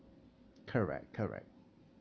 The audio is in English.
correct correct